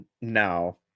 now